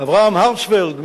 אברהם הרצפלד,